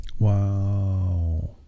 Wow